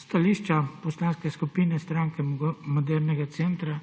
Stališča Poslanske skupine Stranke modernega centra